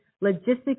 logistics